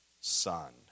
son